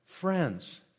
friends